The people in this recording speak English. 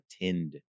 attend